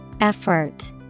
Effort